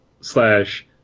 slash